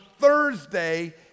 Thursday